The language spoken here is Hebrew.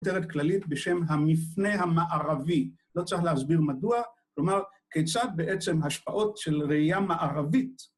כותרת כללית בשם המפנה המערבי, לא צריך להסביר מדוע, כלומר, כיצד בעצם השפעות של ראייה מערבית